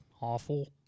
awful